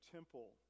Temple